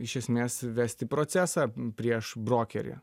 iš esmės vesti procesą prieš brokerį